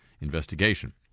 investigation